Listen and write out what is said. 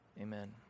Amen